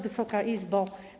Wysoka Izbo!